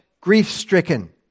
grief-stricken